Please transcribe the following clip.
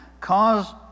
Cause